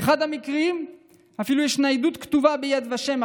באחד המקרים אפילו ישנה עדות כתובה ביד ושם,